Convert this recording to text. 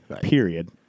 Period